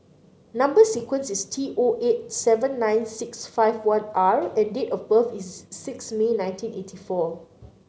number sequence is T O eight seven nine six five one R and date of birth is six May nineteen eighty four